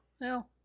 No